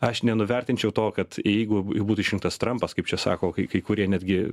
aš nenuvertinčiau to kad jeigu į būtų išrinktas trampas kaip čia sako kai kai kurie netgi